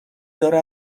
داره